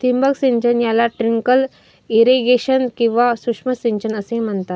ठिबक सिंचन याला ट्रिकल इरिगेशन किंवा सूक्ष्म सिंचन असेही म्हणतात